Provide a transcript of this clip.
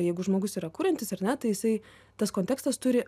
jeigu žmogus yra kuriantis ar ne tai jisai tas kontekstas turi